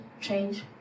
change